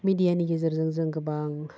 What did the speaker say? मेडियानि गेजेरजों जों गोबां